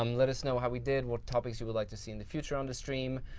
um let us know how we did, what topics you would like to see in the future on the stream.